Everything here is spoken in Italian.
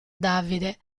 davide